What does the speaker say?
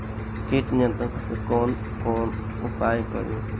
कीट नियंत्रण खातिर कवन कवन उपाय करी?